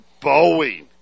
Boeing